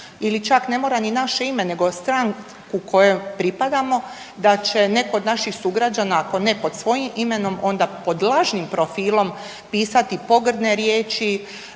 ili čak ne mora ni naše ime nego stranku kojoj pripadamo da će netko od naših sugrađana, ako ne pod svojim imenom onda pod lažnim profilom pisati pogrdne riječi,